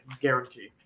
guarantee